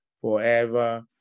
forever